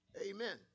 Amen